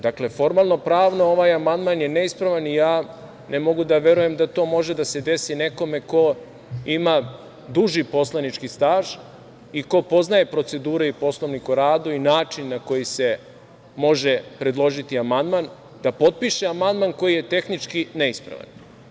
Dakle, formalno-pravno ovaj amandman je neispravan i ne mogu da verujem da to može da se desi nekome ko ima duži poslanički staž i ko poznaje procedure i Poslovnik o radu i način na koji se može predložiti amandman, da potpiše amandman koji je tehnički neispravan.